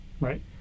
Right